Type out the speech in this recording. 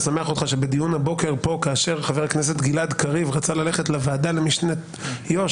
שבדיון הבוקר פה כאשר חבר הכנסת גלעד קריב רצה ללכת לוועדה משנה ליו"ש,